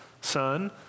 Son